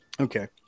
Okay